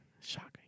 shocking